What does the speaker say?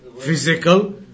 Physical